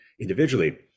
individually